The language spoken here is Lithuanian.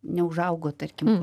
neužaugo tarkim